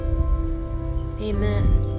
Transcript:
amen